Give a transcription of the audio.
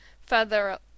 further